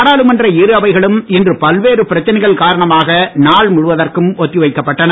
நாடாளுமன்ற இரு அவைகளும் இன்று பல்வேறு பிரச்சனைகள் காரணமாக நாள் முழுவதற்கும் ஒத்திவைக்கப்பட்டன